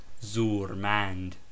Zurmand